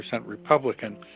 Republican